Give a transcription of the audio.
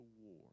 war